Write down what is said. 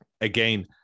again